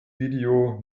video